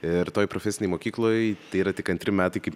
ir toj profesinėj mokykloj tai yra tik antri metai kaip